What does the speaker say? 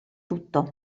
tutto